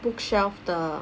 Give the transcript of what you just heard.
bookshelf 的